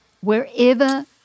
Wherever